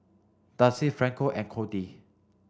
Darcy Franco and Cordie